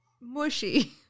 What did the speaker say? mushy